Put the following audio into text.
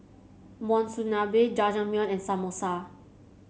Monsunabe Jajangmyeon and Samosa